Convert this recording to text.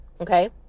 okay